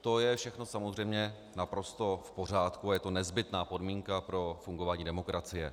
To je všechno samozřejmě naprosto v pořádku a je to nezbytná podmínka pro fungování demokracie.